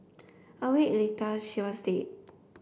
a week later she was dead